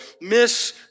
miss